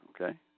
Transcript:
Okay